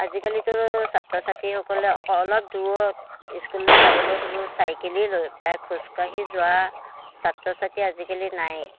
আজিকালিতো ছাত্ৰ ছাত্ৰীসকলে অলপ দূৰৈত স্কুললৈ যাবলৈ হ'লেও চাইকেলেই লয় প্ৰায় খোজকাঢ়ি যোৱা ছাত্ৰ ছাত্ৰী আজিকালি নাই